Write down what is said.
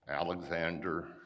Alexander